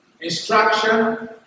instruction